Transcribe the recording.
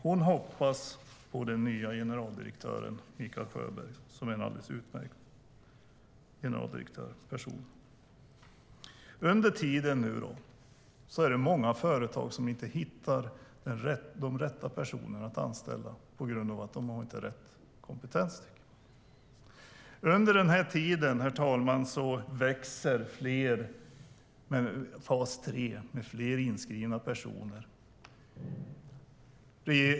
Hon hoppas på den nya generaldirektören Mikael Sjöberg, som är en alldeles utmärkt person. Under tiden är det många företag som inte hittar rätt personer att anställa på grund av att de inte har rätt kompetens. Under tiden växer fas 3 med fler inskrivna personer.